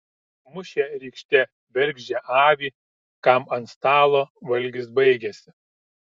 mušė rykšte bergždžią avį kam ant stalo valgis baigėsi